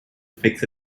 fix